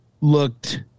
looked